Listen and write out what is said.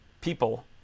people